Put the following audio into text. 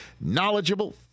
knowledgeable